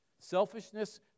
Selfishness